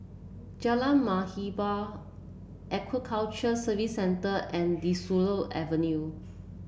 Jalan Muhibbah Aquaculture Services Center and De Souza Avenue